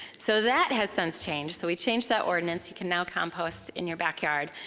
so that has since changed. so we changed that ordinance. you can now compost in your backyard.